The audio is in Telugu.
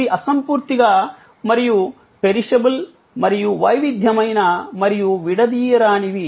ఇవి అసంపూర్తిగా మరియు పెరిషబుల్ మరియు వైవిధ్యమైన మరియు విడదీయరానివి